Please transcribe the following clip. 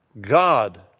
God